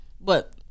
But-